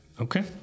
Okay